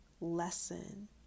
lesson